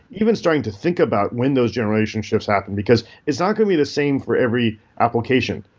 even starting to think about when those generation shifts happen, because it's not going to be the same for every application.